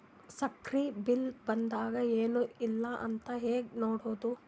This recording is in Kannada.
ಸಕ್ರಿ ಬಿಲ್ ಬಂದಾದ ಏನ್ ಇಲ್ಲ ಅಂತ ಹೆಂಗ್ ನೋಡುದು?